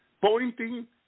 pointing